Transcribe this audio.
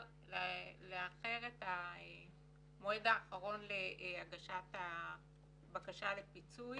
לדחות את המועד האחרון להגשת הבקשה לפיצוי.